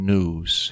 News